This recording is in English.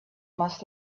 must